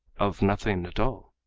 of nothing at all.